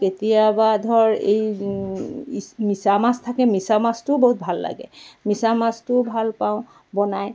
কেতিয়াবা ধৰ এই মিছা মাছ থাকে মিছা মাছটোও বহুত ভাল লাগে মিছা মাছটোও ভাল পাওঁ বনাই